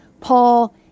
Paul